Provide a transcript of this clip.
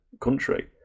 country